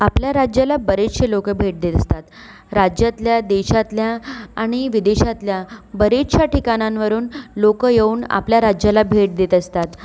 आपल्या राज्याला बरेचसे लोक भेट देत असतात राज्यातल्या देशातल्या आणि विदेशातल्या बरेचशा ठिकाणांवरून लोक येऊन आपल्या राज्याला भेट देत असतात